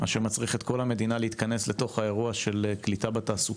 מה שמצריך את כל המדינה להתכנס לאירוע של קליטה בתעסוקה,